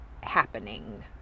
happening